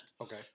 Okay